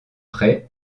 près